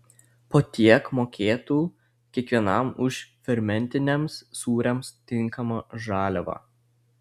po tiek mokėtų kiekvienam už fermentiniams sūriams tinkamą žaliavą